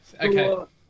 Okay